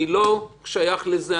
אני לא שייך לזה,